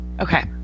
Okay